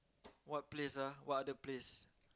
what place ah what other place